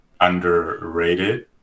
underrated